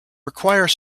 require